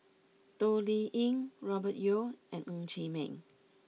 Toh Liying Robert Yeo and Ng Chee Meng